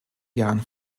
jahren